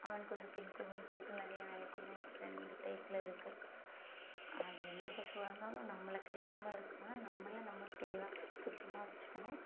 ஆண் கொசு பெண் கொசுனு சொல்லிட்டு நிறையா வெரைட்டீஸ் இருக்குது ரெண்டு டைப்பில் இருக்குது அது எந்த கொசுவாக இருந்தாலும் நம்மளை கடிக்காமல் இருக்கணும்னால் நம்மளை நம்ம தெளிவாக சுத்தமாக வச்சுக்கணும்